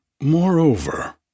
Moreover